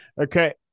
Okay